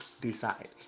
decide